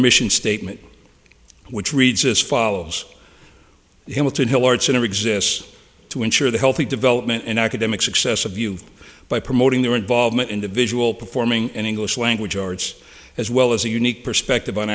mission statement which reads as follows himmel to hill arts center exists to ensure the healthy development and academic success of you by promoting their involvement in the visual performing and english language arts as well as a unique perspective on